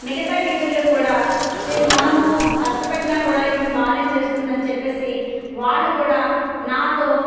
మిగతా టీచర్లు కూడా మనము కష్టపెట్టినా కూడా ఈమె బానే చేస్తుంది అని చెప్పేసి వాళ్ళు కూడా నాతో